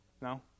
No